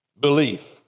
belief